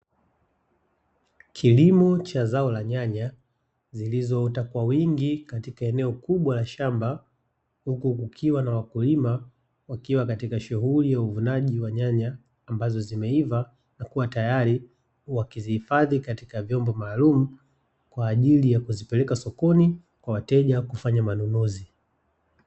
Kilimo cha zao la nyanya zilizoota kwa wingi katika eneo kubwa la shamba huku kukiwa na wakulima wakiwa katika shughuli ya uvunaji wa nyanya ambazo zimeiva na kuwa tayari wakizihifadhi katika vyombo maalum kwa ajili ya kuzipeleka sokoni kwa wateja kufanya manunuzi.